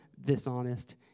dishonest